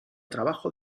trabajo